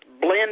blend